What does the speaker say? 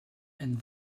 and